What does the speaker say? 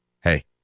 hey